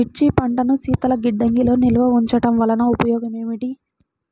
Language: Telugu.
మిర్చి పంటను శీతల గిడ్డంగిలో నిల్వ ఉంచటం వలన ఉపయోగం ఏమిటి?